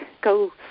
go